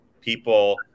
people